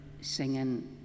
singing